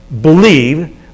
believe